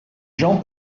gens